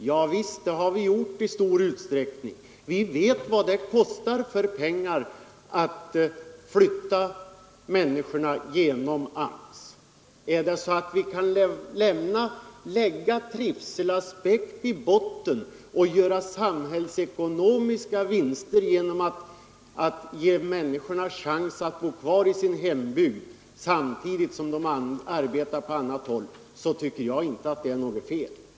Ja, det har vi gjort i stor utsträckning, och vi vet vad det kostar i pengar att flytta människorna genom AMS. Om vi kan lägga trivselaspekten i botten och göra samhällsekonomiska vinster genom att ge människorna chans att bo kvar i deras hembygd samtidigt som de arbetar på annat håll, kan jag inte finna att det är något fel.